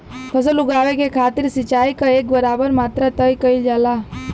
फसल उगावे के खातिर सिचाई क एक बराबर मात्रा तय कइल जाला